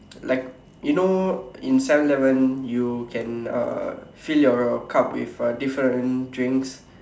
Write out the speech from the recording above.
like you know in seven eleven you can uh fill your cup with uh different drinks